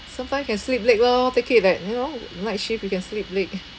sometimes can sleep late lor take it that you know night shift you can sleep late